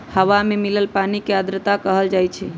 हवा में मिलल पानी के आर्द्रता कहल जाई छई